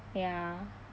ya